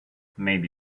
maybe